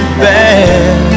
bad